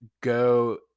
go –